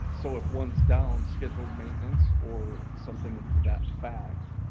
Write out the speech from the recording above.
so if one's down scheduled maintenance or something to that fact,